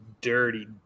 dirty